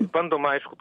bandoma aišku